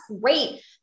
great